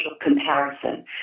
Comparison